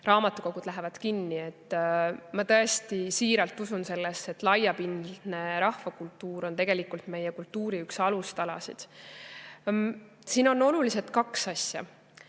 raamatukogud lähevad kinni. Ma tõesti siiralt usun sellesse, et laiapindne rahvakultuur on tegelikult meie kultuuri üks alustalasid. Siin on olulised kaks asja.